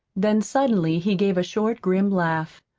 then suddenly he gave a short, grim laugh.